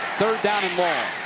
third down and long.